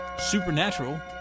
supernatural